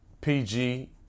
PG